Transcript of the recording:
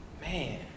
Man